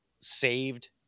saved